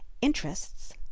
interests